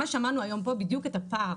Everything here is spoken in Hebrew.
שמענו היום את הפער